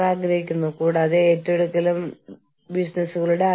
അവർ പറയും ഈ വ്യവസായത്തിൽ ഇതാണ് വഴി ഞങ്ങൾ അത് ചെയ്യും